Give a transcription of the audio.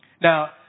Now